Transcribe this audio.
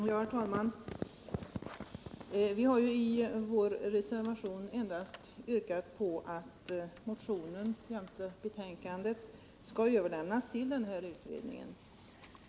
Herr talman! Vi har i vår reservation endast yrkat att motionen jämte utskottets betänkande skall överlämnas till utredningen.